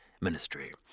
ministry